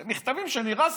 זה מכתבים שלי, רשמי.